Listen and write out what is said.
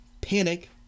panic